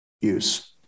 use